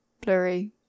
blurry